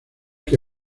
que